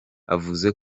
avuze